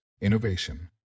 innovation